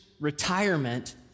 retirement